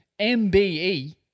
MBE